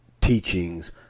teachings